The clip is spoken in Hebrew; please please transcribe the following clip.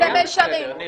במישרין.